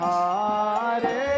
Hare